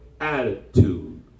attitude